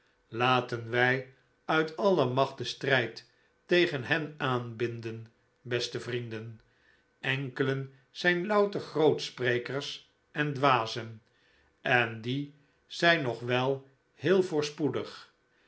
laten wij uit alle macht den strijd tegen hen aanbinden beste vrienden enkelen zijn louter grootsprekers en dwazen en die zijn nog wel heel voorspoedig